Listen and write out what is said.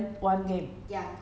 什么